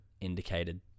indicated